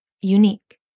unique